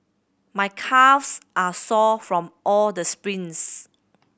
my calves are sore from all the sprints